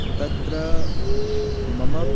तत्र मम